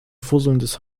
fusselndes